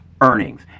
earnings